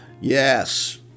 Yes